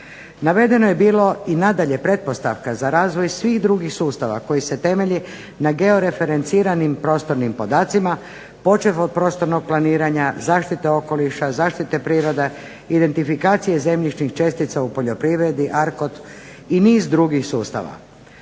Navedeno je bilo i nadalje pretpostavka za razvoj svih drugih sustava koji se temelji na georeferenciranim prostornim podacima počev od prostornog planiranja, zaštite okoliša, zaštite prirode, identifikacije zemljišnih čestica u poljoprivredi, ar kod i niz drugih sustava.